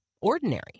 ordinary